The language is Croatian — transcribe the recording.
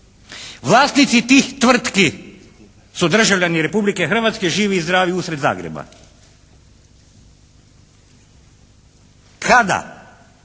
Vlasnici tih tvrtki su državljani Republike Hrvatske, živi i zdravi usred Zagreba. Kada